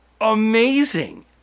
amazing